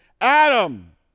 Adam